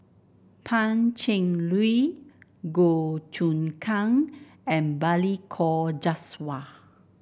Pan Cheng Lui Goh Choon Kang and Balli Kaur Jaswal